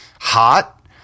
hot